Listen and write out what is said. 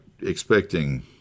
expecting